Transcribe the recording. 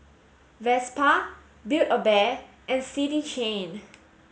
Vespa Build a Bear and City Chain